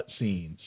cutscenes